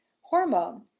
hormone